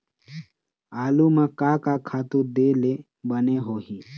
आलू म का का खातू दे ले बने होही?